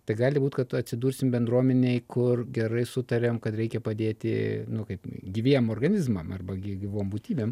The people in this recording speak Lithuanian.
tai gali būt kad tu atsidursi bendruomenėj kur gerai sutariam kad reikia padėti nu kaip gyviem organizmam arba gyvom būtybėm